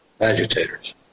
agitators